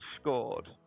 scored